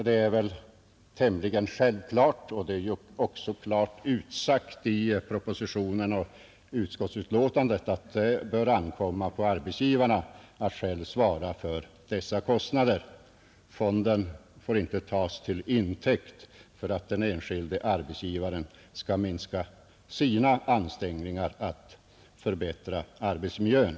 Det är väl tämligen självklart, och det är också klart utsagt i propositionen och i utskottets betänkande, att det bör ankomma på arbetsgivarna att själva svara för dessa kostnader. Den enskilde arbetsgivaren får inte ta fonden till intäkt för att minska sina ansträngningar att förbättra arbetsmiljön.